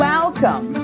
Welcome